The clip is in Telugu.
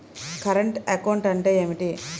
కరెంటు అకౌంట్ అంటే ఏమిటి?